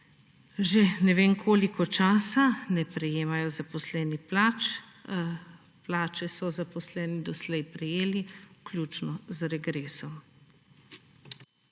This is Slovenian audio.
že ne vem koliko časa ne prejemajo zaposleni plač. Plače so zaposleni do slej prejeli vključno z regresom.